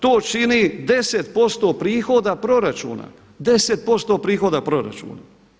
To čini 10% prihoda proračuna, 10% prihoda proračuna.